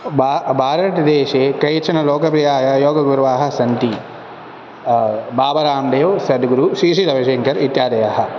भा भारतदेशे केचन लोकप्रियाय योगगुरवः सन्ति बाबा राम्देव् सद्गुरु श्रीश्री रविसङ्कर् इत्यादयः